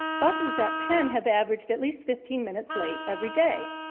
buses at penn have averaged at least fifteen minutes late every day.